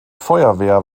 feuerwehr